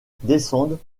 descendent